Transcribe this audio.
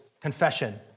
confession